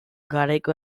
garaiko